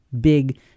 big